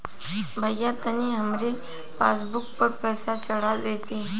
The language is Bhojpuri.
भईया तनि हमरे पासबुक पर पैसा चढ़ा देती